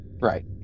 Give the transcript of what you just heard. right